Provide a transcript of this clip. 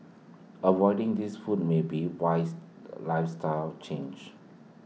avoiding these foods may be A wise lifestyle change